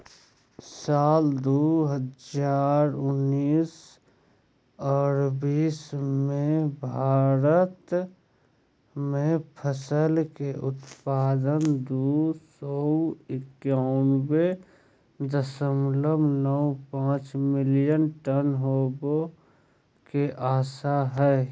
साल दू हजार उन्नीस आर बीस मे भारत मे फसल के उत्पादन दू सौ एकयानबे दशमलव नौ पांच मिलियन टन होवे के आशा हय